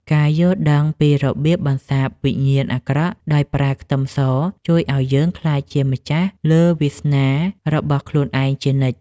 ការយល់ដឹងពីរបៀបបន្សាបវិញ្ញាណអាក្រក់ដោយប្រើខ្ទឹមសជួយឱ្យយើងក្លាយជាម្ចាស់លើវាសនារបស់ខ្លួនឯងជានិច្ច។